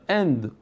end